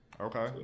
Okay